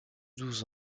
douze